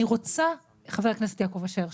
אני רוצה חבר הכנסת יעקב אשר,